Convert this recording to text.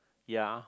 ya